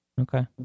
Okay